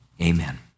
Amen